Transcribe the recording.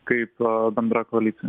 kaip bendra koalicija